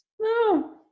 No